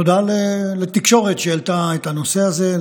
תודה לתקשורת שהעלתה את הנושא הזה,